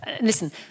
Listen